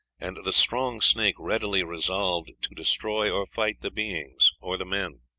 and the strong snake readily resolved to destroy or fight the beings or the men.